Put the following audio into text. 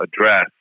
address